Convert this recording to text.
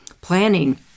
Planning